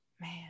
Man